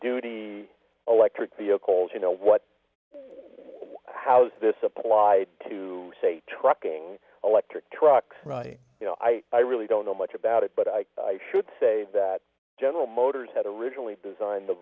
duty electric vehicles you know what how's this apply to say trucking electric trucks you know i i really don't know much about it but i should say that general motors had originally designed the